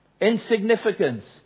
Insignificance